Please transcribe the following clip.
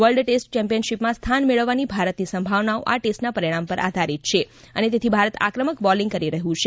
world test ચેમ્પિયનશિપમાં સ્થાન મેળવવાની ભારતની સંભાવનાઓ આ ટેસ્ટના પરિણામ પર આધારીત છે અને તેથી ભારત આક્રમક બોલિંગ કરી રહયું છે